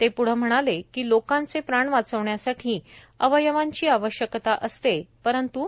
ते पुढं म्हणाले कि लोकांचे प्राण वाचविण्यासाठी अवयवांची आवश्यकता असते परंत्